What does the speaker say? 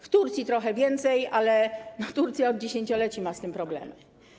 W Turcji trochę więcej, ale Turcja od dziesięcioleci ma z tym problemy.